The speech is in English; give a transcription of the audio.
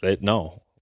No